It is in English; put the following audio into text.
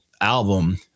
album